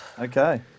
Okay